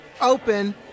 Open